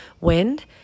wind